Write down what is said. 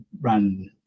run